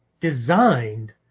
designed